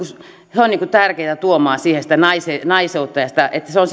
he ovat tärkeitä tuomaan siihen sitä naiseutta ja että silloin se sukupuoli on